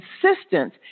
consistent